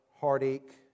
heartache